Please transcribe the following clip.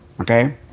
okay